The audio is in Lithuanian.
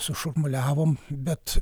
sušurmuliavom bet